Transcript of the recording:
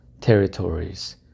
territories